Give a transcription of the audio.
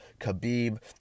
Khabib